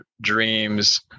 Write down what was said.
dreams